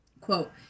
Quote